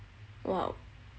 !wow!